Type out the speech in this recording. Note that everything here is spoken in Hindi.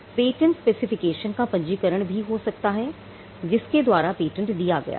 पेटेंट स्पेसिफिकेशन का पंजीकरण भी हो सकता है जिसके द्वारा पेटेंट दिया गया है